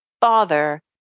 father